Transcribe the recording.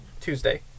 Tuesday